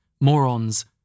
Morons